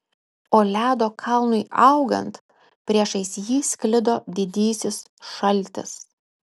o ledo kalnui augant priešais jį sklido didysis šaltis